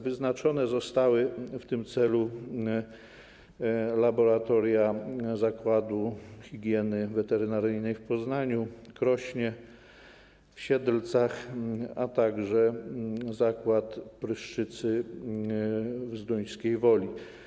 Wyznaczone zostały w tym celu laboratoria zakładów higieny weterynaryjnej w Poznaniu, w Krośnie i w Siedlcach, a także Zakład Pryszczycy w Zduńskiej Woli.